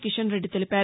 కిషన్ రెద్ది తెలిపారు